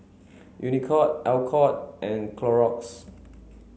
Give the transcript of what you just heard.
Unicurd Alcott and Clorox